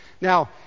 Now